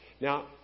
Now